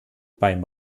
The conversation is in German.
beim